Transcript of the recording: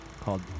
called